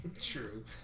True